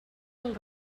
pel